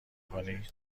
کنی